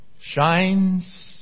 shines